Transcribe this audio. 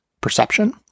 perception